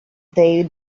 they